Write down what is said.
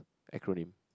acronym